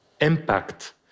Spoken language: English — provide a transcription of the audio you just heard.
impact